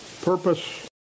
Purpose